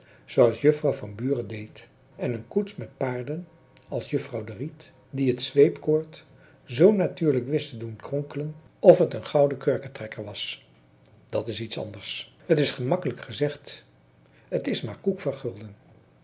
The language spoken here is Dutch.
zooals juffrouw van buren deed en een koets met paarden als juffrouw de riet die het zweepkoord zoo natuurlijk wist te doen kronkelen of het een gouden kurketrekker was dat is iets anders het is gemakkelijk gezegd t is maar koekvergulden